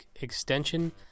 extension